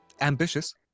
ambitious